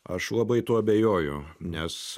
aš labai tuo abejoju nes